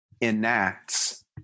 enacts